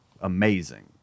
amazing